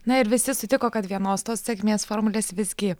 na ir visi sutiko kad vienos tos sėkmės formulės visgi